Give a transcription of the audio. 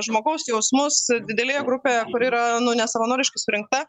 žmogaus jausmus didelėje grupėje kuri yra nesavanoriškai surinkta